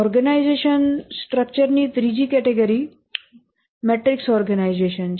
organisation રચનાની ત્રીજી category matrix organisation છે